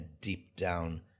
deep-down